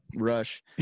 rush